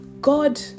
God